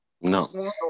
No